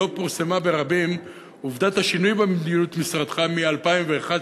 לא פורסמה ברבים עובדת השינוי במדיניות משרדך מ-2011,